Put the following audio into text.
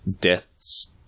deaths